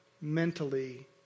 mentally